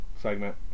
segment